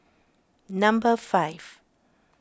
number five